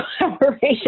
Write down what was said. collaboration